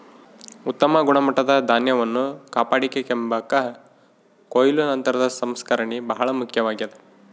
ಉತ್ತಮ ಗುಣಮಟ್ಟದ ಧಾನ್ಯವನ್ನು ಕಾಪಾಡಿಕೆಂಬಾಕ ಕೊಯ್ಲು ನಂತರದ ಸಂಸ್ಕರಣೆ ಬಹಳ ಮುಖ್ಯವಾಗ್ಯದ